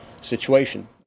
situation